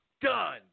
done